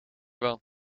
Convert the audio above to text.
wel